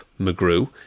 McGrew